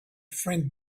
friend